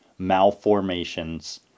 malformations